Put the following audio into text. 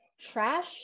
trash